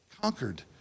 conquered